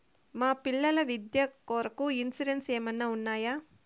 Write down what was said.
మా పిల్లల విద్య కొరకు ఇన్సూరెన్సు ఏమన్నా ఉన్నాయా?